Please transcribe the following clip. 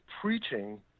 preaching